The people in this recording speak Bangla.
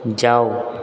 যাও